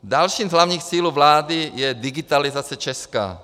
Dalším z hlavních cílů vlády je digitalizace Česka.